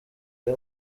ari